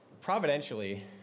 providentially